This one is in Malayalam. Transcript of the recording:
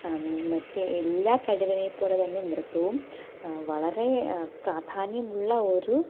മറ്റ് എല്ലാ കഴിവിനെ പോലെ തന്നെ നൃത്തവും വളരെ പ്രാധാന്യമുള്ള ഒരു